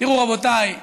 תראו, רבותיי,